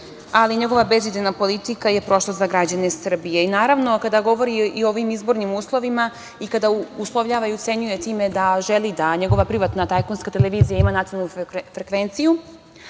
ali njegova bezidejna politika je prošlost za građane Srbije. Naravno, kada govori i o ovim izbornim uslovima i kada uslovljavaju i ucenjuje time da želi da njegova privatna tajkunska televizija ima nacionalnu frekvenciju,